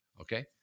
Okay